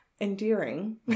Endearing